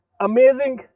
amazing